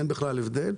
אין בכלל הבדל.